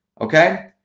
Okay